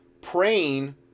praying